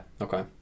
okay